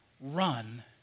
run